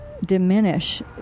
diminish